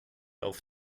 auf